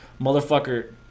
motherfucker